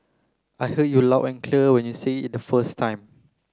I heard you loud and clear when you said it the first time